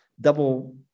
double